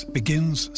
begins